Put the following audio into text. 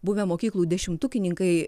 buvę mokyklų dešimtukininkai